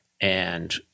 and-